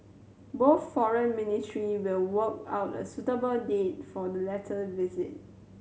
both Foreign Ministry will work out a suitable date for the latter visit